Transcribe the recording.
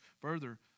further